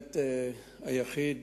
באמת היחיד,